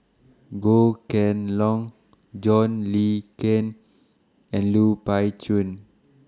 Goh Kheng Long John Le Cain and Lui Pao Chuen